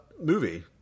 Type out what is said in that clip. movie